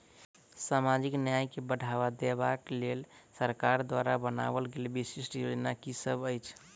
सामाजिक न्याय केँ बढ़ाबा देबा केँ लेल सरकार द्वारा बनावल गेल विशिष्ट योजना की सब अछि?